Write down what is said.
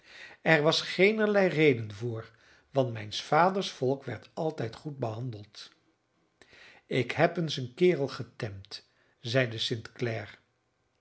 er was geenerlei reden voor want mijns vaders volk werd altijd goed behandeld ik heb eens een kerel getemd zeide st